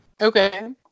Okay